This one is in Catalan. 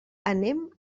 anem